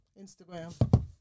Instagram